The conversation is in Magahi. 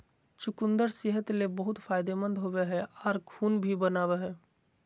चुकंदर सेहत ले बहुत फायदेमंद होवो हय आर खून भी बनावय हय